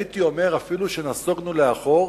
הייתי אומר אפילו שנסוגונו לאחור